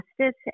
justice